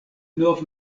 nov